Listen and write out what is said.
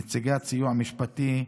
נציגת הסיוע המשפטי,